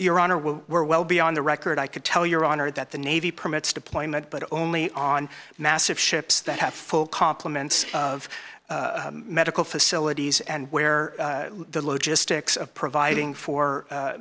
honor we were well beyond the record i could tell your honor that the navy permits deployment but only on massive ships that have full compliments of medical facilities and where the logistics of providing for